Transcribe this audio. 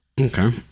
Okay